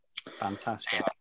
Fantastic